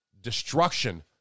destruction